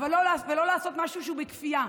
ולא לעשות משהו שהוא בכפייה,